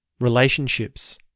relationships